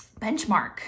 benchmark